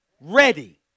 ready